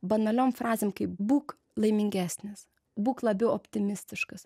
banaliom frazėm kaip būk laimingesnis būk labiau optimistiškas